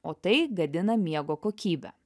o tai gadina miego kokybę